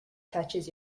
touches